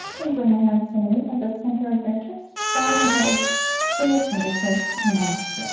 and bring your hands to meet at the center of your chest bow your head to your fingertips namaste